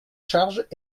charges